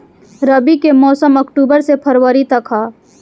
रबी के मौसम अक्टूबर से फ़रवरी तक ह